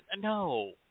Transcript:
No